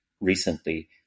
recently